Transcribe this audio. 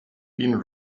been